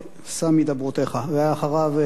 ואחריו, חבר הכנסת טיבייב.